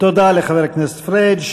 תודה לחבר הכנסת פריג'.